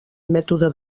mètode